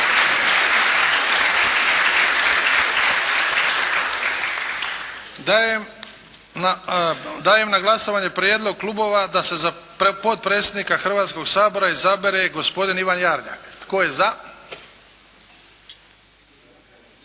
Dajem na glasovanje prijedlog klubova da se za potpredsjednika Hrvatskoga sabora izabere gospodin Ivan Jarnjak. Tko je za?